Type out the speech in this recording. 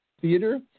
Theater